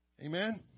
Amen